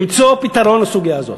למצוא פתרון לסוגיה הזאת.